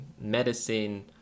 medicine